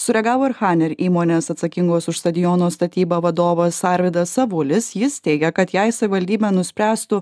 sureagavo ir chaner įmonės atsakingos už stadiono statybą vadovas arvydas avulis jis teigia kad jei savivaldybė nuspręstų